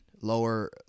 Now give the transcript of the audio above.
lower